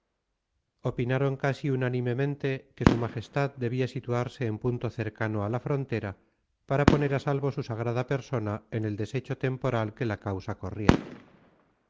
opinaron casi unánimemente que s m debía situarse en punto cercano a la frontera para poner a salvo su sagrada persona en el desecho temporal que la causa corría